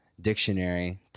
dictionary